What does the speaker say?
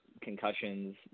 concussions